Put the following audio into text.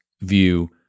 view